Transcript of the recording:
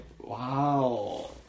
Wow